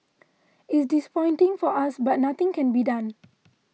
it's disappointing for us but nothing can be done